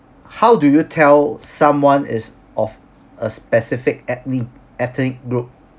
how do you tell someone is of a specific ethnic ethnic group